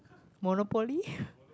monopoly